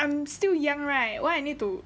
I'm still young right why I need to